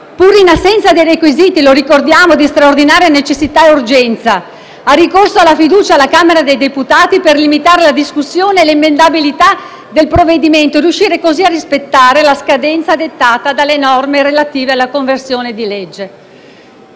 pur in assenza dei requisiti - lo ricordiamo - di straordinaria necessità e urgenza, al ricorso alla fiducia alla Camera dei deputati per limitare la discussione e l'emendabilità del provvedimento e riuscire così a rispettare la scadenza dettata dalle norme relative alla conversione in legge.